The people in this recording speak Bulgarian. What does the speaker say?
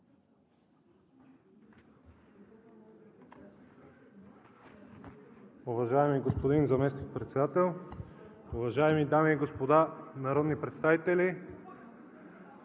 Уважаеми господин Заместник-председател, уважаеми дами и господа народни представители!